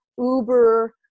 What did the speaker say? Uber